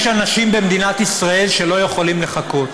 יש אנשים במדינת ישראל שלא יכולים לחכות,